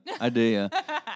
idea